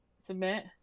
Submit